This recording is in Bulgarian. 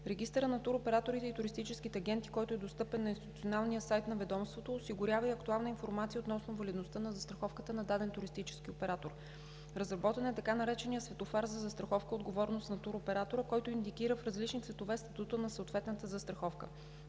Регистърът на туроператорите и туристическите агенти, който е достъпен на институционалния сайт на ведомството, осигурява и актуална информация относно валидността на застраховката на даден туристически оператор. Разработен е така нареченият светофар за застраховка „Отговорност на туроператора“, който индикира в различни цветове статута на съответната застраховка.